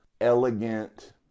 elegant